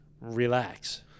Relax